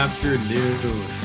afternoon